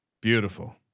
Beautiful